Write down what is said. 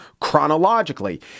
chronologically